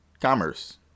commerce